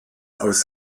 aus